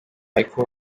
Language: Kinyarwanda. michel